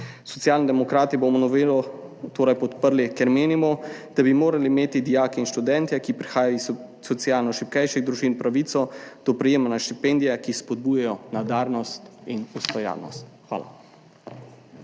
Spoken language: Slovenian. Socialni demokrati bomo novelo torej podprli, ker menimo, da bi morali imeti dijaki in študentje, ki prihajajo iz socialno šibkejših družin, pravico do prejemanja štipendije, ki spodbujajo nadarjenost in ustvarjalnost. Hvala.